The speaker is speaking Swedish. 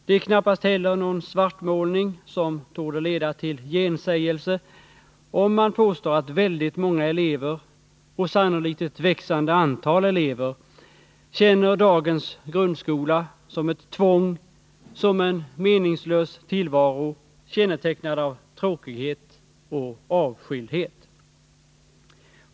Det är knappast heller någon svartmålning som torde leda till gensägelse om man påstår att väldigt många elever och sannolikt ett växande antal elever känner dagens grundskola som ett tvång, som en meningslös tillvaro kännetecknad av tråkighet och avskildhet.